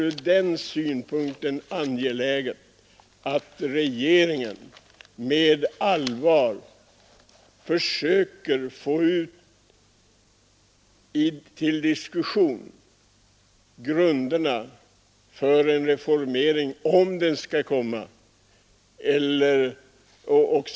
Ur denna synpunkt är det angeläget att regeringen med allvar försöker föra ut till diskussion grunderna för en reformering, om en sådan skall genom föras.